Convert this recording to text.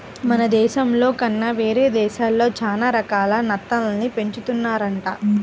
మన దేశంలో కన్నా వేరే దేశాల్లో చానా రకాల నత్తల్ని పెంచుతున్నారంట